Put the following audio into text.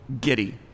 giddy